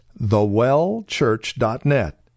thewellchurch.net